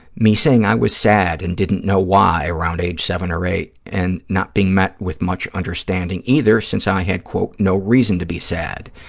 me saying i was sad and didn't know why around age seven or eight and not being met with much understanding either, since i had, quote, no reason to be sad.